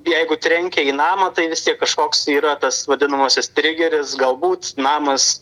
jeigu trenkia į namą tai vistiek kažkoks yra tas vadinamasis trigeris galbūt namas